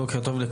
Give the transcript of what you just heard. בוקר טוב,